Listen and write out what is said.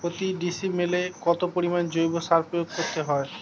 প্রতি ডিসিমেলে কত পরিমাণ জৈব সার প্রয়োগ করতে হয়?